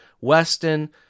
Weston